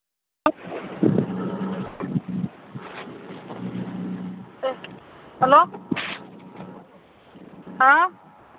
hello ꯍꯥ